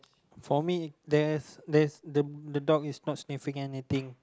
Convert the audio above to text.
for me there's there's the the dog is not sniffing anything